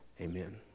amen